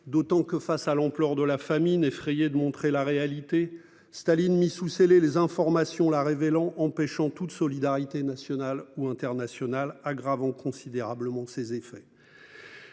D'autant que face à l'ampleur de la famine effrayé de montrer la réalité Staline mis sous scellés les informations là révélant empêchant toute solidarité nationale ou internationale aggravant considérablement ses effets.